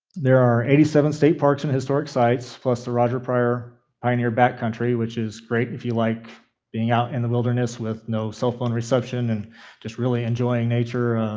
there are eighty seven state parks and historic sites plus the roger prior pioneer backcountry, which is great if you like being out in the wilderness with no cell phone reception and just really enjoying nature.